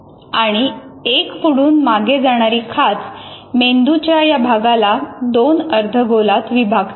आणि एक पुढून मागे जाणारी खाच मेंदूच्या या भागाला दोन अर्धगोलात विभागते